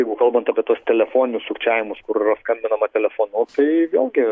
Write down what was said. jeigu kalbant apie tuos telefoninius sukčiavimus kur skambinama telefonu tai vėlgi